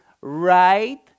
right